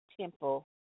temple